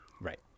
Right